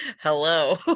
Hello